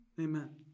Amen